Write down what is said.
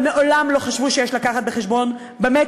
אבל מעולם לא חשבו שיש להביא בחשבון במה